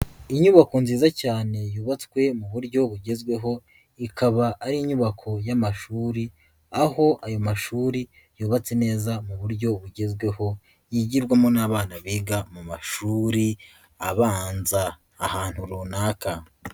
Inyubako nziza cyane yubatswe mu buryo bugezweho, ikaba ari inyubako y'amashuri aho ayo mashuri yubatse neza mu buryo bugezweho, yigirwamo n'abana biga mu mashuri abanza ahantu runaka.